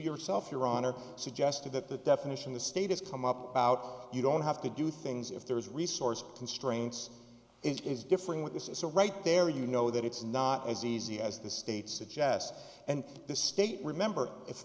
yourself your honor suggested that the definition the state has come up about you don't have to do things if there is resource constraints it is differing with this is a right there you know that it's not as easy as the state suggest and the state remember i